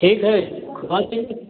ठीक है तो